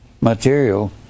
material